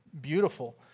beautiful